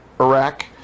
Iraq